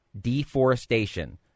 deforestation